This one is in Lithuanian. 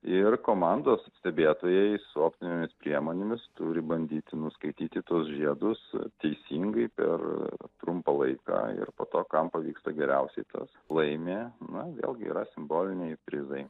ir komandos stebėtojai su optinėmis priemonėmis turi bandyti nuskaityti tuos žiedus teisingai per trumpą laiką ir po to kam pavyksta geriausiai tas laimi na vėlgi yra simboliniai prizai